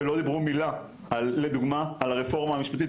ולא דיברו מילה על לדוגמה הרפורמה המשפטית,